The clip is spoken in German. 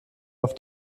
auf